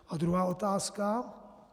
A druhá otázka.